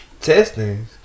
testing